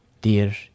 dear